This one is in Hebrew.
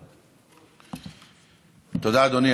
תודה, אדוני.